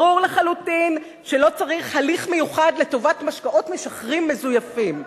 ברור לחלוטין שלא צריך הליך מיוחד לטובת משקאות משכרים מזויפים.